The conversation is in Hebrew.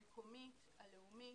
המקומית, הלאומית.